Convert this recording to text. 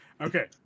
okay